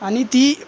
आणि ती